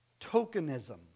tokenism